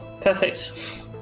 perfect